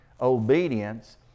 obedience